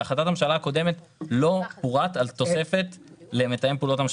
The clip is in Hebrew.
בהחלטת הממשלה הקודמת לא פורט על תוספת למתאם פעולות הממשלה בשטחים.